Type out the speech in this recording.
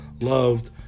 loved